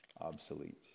Obsolete